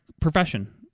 profession